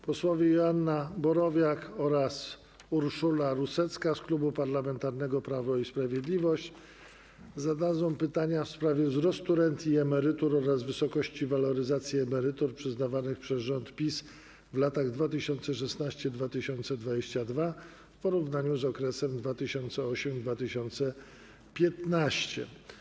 Posłowie Joanna Borowiak oraz Urszula Rusecka z Klubu Parlamentarnego Prawo i Sprawiedliwość zadadzą pytanie w sprawie wzrostu rent i emerytur oraz wysokości waloryzacji emerytur przyznawanych przez rząd PiS w latach 2016-2022 w porównaniu z okresem 2008-2015.